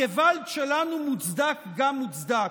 הגעוואלד שלנו מוצדק גם מוצדק.